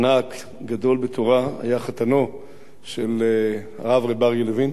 ענק, גדול בתורה, היה חתנו של הרב ר' אריה לוין,